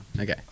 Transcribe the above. Okay